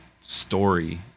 story